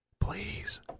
Please